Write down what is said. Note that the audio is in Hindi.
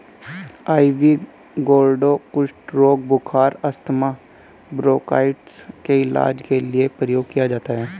आइवी गौर्डो कुष्ठ रोग, बुखार, अस्थमा, ब्रोंकाइटिस के इलाज के लिए प्रयोग किया जाता है